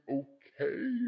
okay